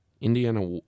Indiana